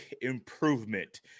improvement